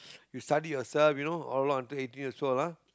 you study yourself you know a lot until eighteen years old ah